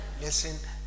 Listen